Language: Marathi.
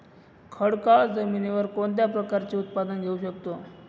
खडकाळ जमिनीवर कोणत्या प्रकारचे उत्पादन घेऊ शकतो?